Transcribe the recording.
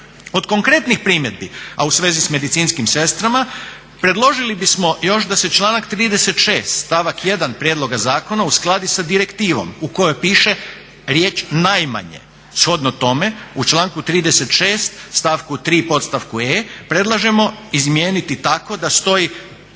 Od konkretnih primjedbi, a u svezi s medicinskim sestrama predložili bismo još da se članak 36. stavak 1. prijedloga zakona uskladi sa direktivom u kojoj piše riječ najmanje. Shodno tome u članku 36., stavku 3. podstavku e) predlažemo izmijeniti tako da stoji: